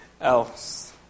else